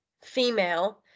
female